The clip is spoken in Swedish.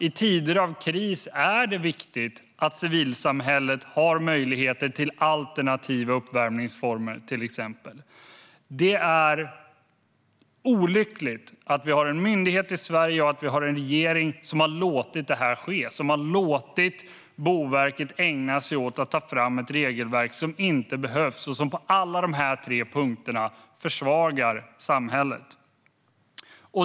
I tider av kris är det viktigt att civilsamhället har möjlighet att använda till exempel alternativa uppvärmningsformer. Det är olyckligt att Sverige har en regering som har låtit det här ske. Den har låtit Boverket ägna sig åt att ta fram ett regelverk som inte behövs och som på alla tre punkterna försvagar samhället.